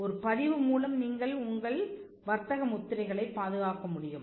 ஒரு பதிவு மூலம் நீங்கள் வர்த்தக முத்திரைகளை பாதுகாக்க முடியும்